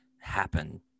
happen